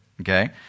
okay